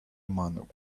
man